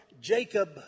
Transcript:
Jacob